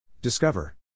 Discover